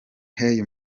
hey